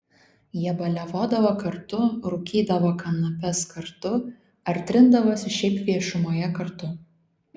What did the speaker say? jie baliavodavo kartu rūkydavo kanapes kartu ar trindavosi šiaip viešumoje kartu